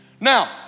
Now